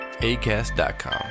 Acast.com